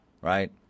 Right